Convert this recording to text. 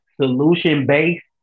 solution-based